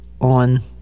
on